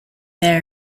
there